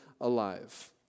alive